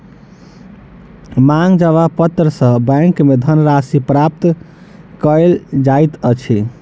मांग जमा पत्र सॅ बैंक में धन राशि प्राप्त कयल जाइत अछि